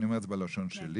אני אומר את זה בלשון שלי,